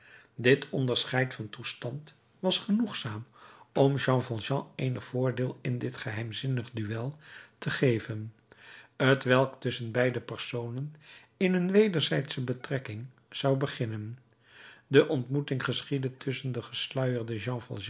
dit onderscheid van toestand was genoegzaam om jean valjean eenig voordeel in dit geheimzinnig duël te geven t welk tusschen beide personen in hun wederzijdsche betrekking zou beginnen de ontmoeting geschiedde tusschen den gesluierden jean